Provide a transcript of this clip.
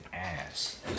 ass